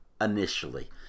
initially